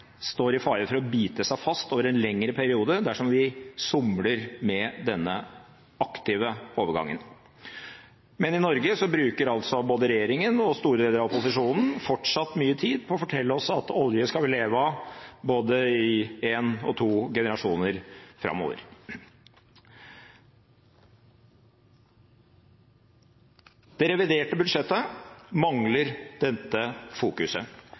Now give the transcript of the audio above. står i fare for å bite seg fast over en lengre periode dersom vi somler med denne aktive overgangen. Men i Norge bruker altså både regjeringen og store deler av opposisjonen fortsatt mye tid på å fortelle oss at vi skal leve av olje i både en og to generasjoner framover. Det reviderte budsjettet mangler